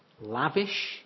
lavish